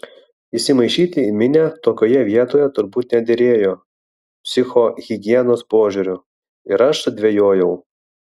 įsimaišyti į minią tokioje vietoje turbūt nederėjo psichohigienos požiūriu ir aš sudvejojau